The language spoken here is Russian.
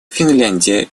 финляндия